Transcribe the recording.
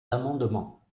d’amendements